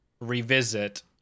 revisit